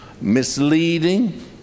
misleading